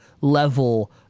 level